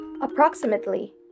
Approximately